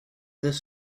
this